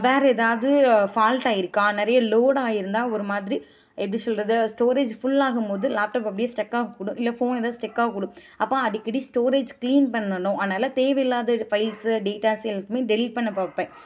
வேற ஏதாவது ஃபால்ட் ஆகிருக்கா நிறைய லோடு ஆகிருந்தா ஒரு மாதிரி எப்படி சொல்கிறது ஸ்டோரேஜ் ஃபுல் ஆகும்போது லேப்டாப் அப்படியே ஸ்ட்ரக் ஆகக்கூடம் இல்லை ஃபோன் ஏதாவது ஸ்ட்ரக்காகக்கூடும் அப்போ அடிக்கடி ஸ்டோரேஜ் க்ளீன் பண்ணணும் அதனால தேவையில்லாத ஃபைல்ஸ்ஸு டீடைல்ஸ் எல்லாத்தையுமே டெலிட் பண்ண பார்ப்பேன்